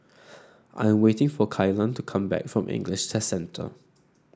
I'm waiting for Kaylan to come back from English Test Centre